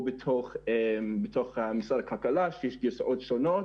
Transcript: הם ידעו לתווך ולחבר את העשייה שלנו,